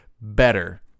better